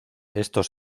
estos